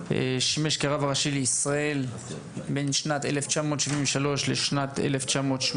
שימש כרב הראשי לישראל בין שנת 1973 לשנת 1983,